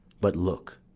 but, look,